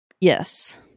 Yes